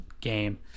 game